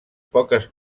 poques